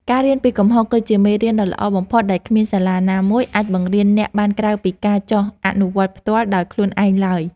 ការរៀនពីកំហុសគឺជាមេរៀនដ៏ល្អបំផុតដែលគ្មានសាលាណាមួយអាចបង្រៀនអ្នកបានក្រៅពីការចុះអនុវត្តផ្ទាល់ដោយខ្លួនឯងឡើយ។